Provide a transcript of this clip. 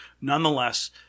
Nonetheless